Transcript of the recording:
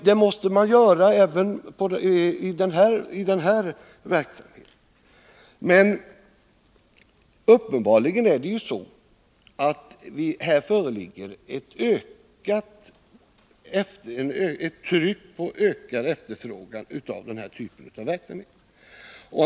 Det måste man alltså göra även i den här verksamheten. Men uppenbarligen föreligger en ökad efterfrågan på den här typen av verksamhet.